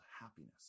happiness